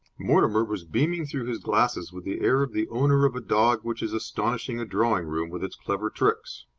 mortimer was beaming through his glasses with the air of the owner of a dog which is astonishing a drawing-room with its clever tricks.